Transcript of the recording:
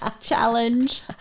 Challenge